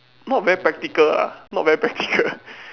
not very practical ah not very practical